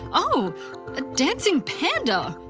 oh a dancing panda!